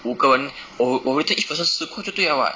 五个人我我 return each person 十块就对了 [what]